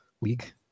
League